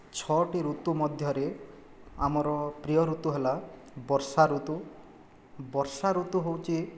ଛଅଟି ଋତୁ ମଧ୍ୟରେ ଆମର ପ୍ରିୟ ଋତୁ ହେଲା ବର୍ଷା ଋତୁ ବର୍ଷା ଋତୁ ହେଉଛି